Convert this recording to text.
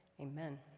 Amen